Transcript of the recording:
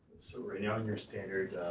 so right now in your standard,